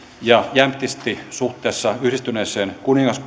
ja jämptisti suhteessa yhdistyneeseen